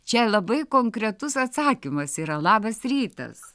čia labai konkretus atsakymas yra labas rytas